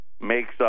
makes